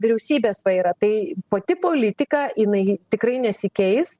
vyriausybės vairą tai pati politika jinai tikrai nesikeis